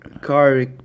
car